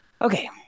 Okay